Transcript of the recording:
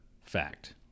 fact